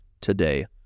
today